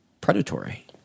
predatory